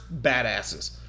badasses